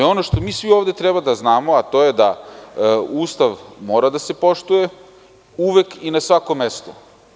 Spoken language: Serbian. Ono što svi ovde treba da znamo, a to je da Ustav mora da se poštuje uvek i na svakom mestu.